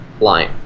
line